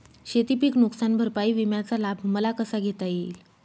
शेतीपीक नुकसान भरपाई विम्याचा लाभ मला कसा घेता येईल?